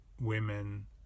women